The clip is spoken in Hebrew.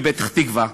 בפתח-תקווה,